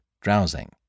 drowsing